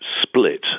split